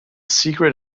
secret